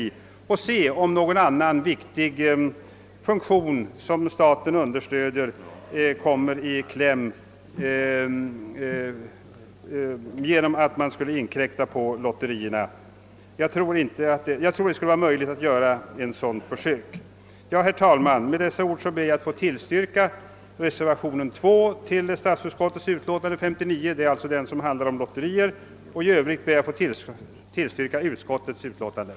Då kunde vi se om eventuellt någon annan viktig funktion, som staten understöder, kommer i kläm genom att det föreslagna idrottslotteriet skulle inkräkta på den övriga lottförsäljningen. Herr talman! Med det anförda ber jag att få yrka bifall till reservationen 2 vid statsutskottets utlåtande nr 59, i vilken hemställs om ett riksomfattande idrottslotteri. I övrigt ber jag att få yrka bifall till utskottets hemställan.